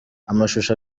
amashusho